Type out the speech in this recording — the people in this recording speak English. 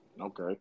Okay